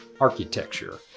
architecture